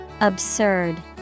Absurd